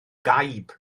gaib